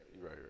Right